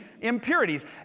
impurities